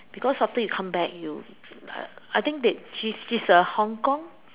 because after you come back you uh I think that she she is a Hong-Kong